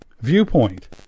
viewpoint